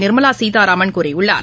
நிர்மலா சீதாராமன் கூறியுள்ளார்